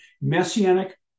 Messianic